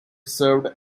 served